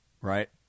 right